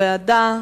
לוועדה,